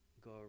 go